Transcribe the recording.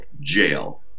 jail